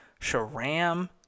sharam